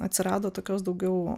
atsirado tokios daugiau